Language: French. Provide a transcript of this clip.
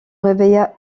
réveilla